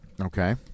okay